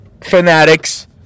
fanatics